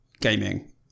gaming